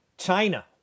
China